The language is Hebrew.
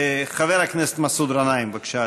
חבר הכנסת מסעוד גנאים, בבקשה,